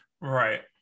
Right